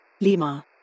Lima